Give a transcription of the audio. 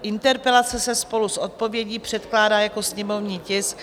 Interpelace se spolu s odpovědí předkládá jako sněmovní tisk 356.